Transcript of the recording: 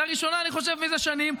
לראשונה אני חושב מזה שנים,